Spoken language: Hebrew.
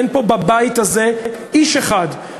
אין פה בבית הזה איש אחד,